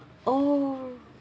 oh